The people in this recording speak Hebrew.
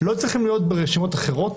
לא צריכים להיות ברשימות אחרות,